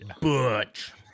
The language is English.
Butch